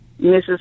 Mrs